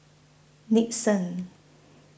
Nixon